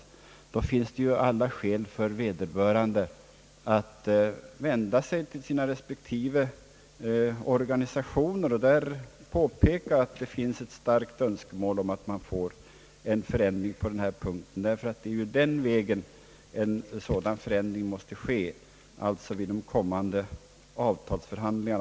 Ja, då finns det ju alla skäl för vederbörande att vända sig till sina respektive organisationer och där påpeka att det finns ett starkt önskemål om en ändring på den här punkten. Det är på den vägen en ändring måste ske, alltså i samband med kommande avtalsförhandlingar.